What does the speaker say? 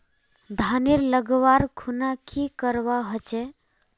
धानेर लगवार खुना की करवा होचे?